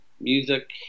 music